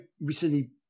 recently